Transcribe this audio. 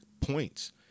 points